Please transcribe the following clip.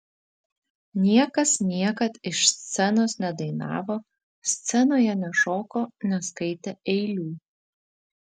niekas niekad iš scenos nedainavo scenoje nešoko neskaitė eilių